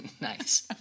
nice